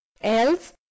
else